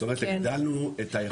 זאת אומרת הגדלנו את היכולת.